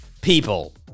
people